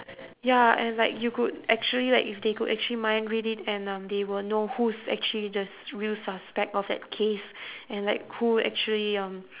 ya and like you could actually like if they could actually mind read it and um they will know who's actually the real suspect of that case and like who actually um